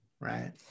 right